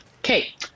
Okay